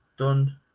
done